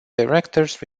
directors